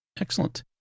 excellent